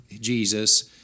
Jesus